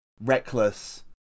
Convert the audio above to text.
reckless